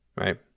right